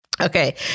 Okay